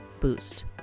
boost